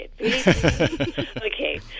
Okay